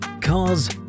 cars